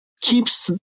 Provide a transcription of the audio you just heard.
keeps